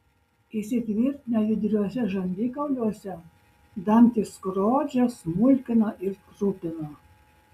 įsitvirtinę judriuose žandikauliuose dantys skrodžia smulkina ir trupina